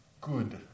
good